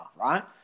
right